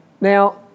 Now